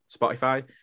Spotify